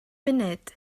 funud